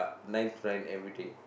nine to nine everyday